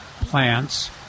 plants